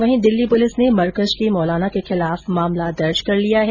वही दिल्ली पुलिस ने मरकज के मोलाना के खिलाफ मामला दर्ज कर लिया है